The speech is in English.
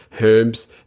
herbs